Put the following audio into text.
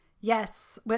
Yes